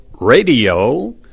radio